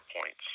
points